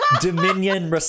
Dominion